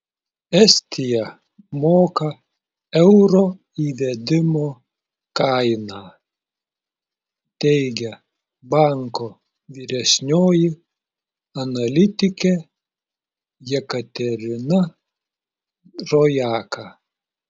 estija moka euro įvedimo kainą teigia banko vyresnioji analitikė jekaterina rojaka